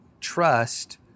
trust